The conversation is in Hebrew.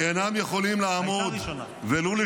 הייתה ראשונה.